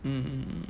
mm mm mm